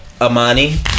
Amani